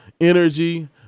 energy